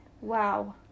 Wow